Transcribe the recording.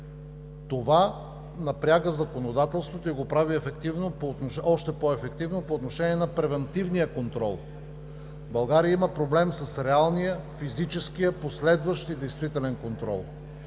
това напряга законодателството и го прави още по-ефективно по отношение на превантивния контрол. България има проблем с реалния, физическия последващ и действителен контрол.